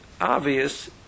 obvious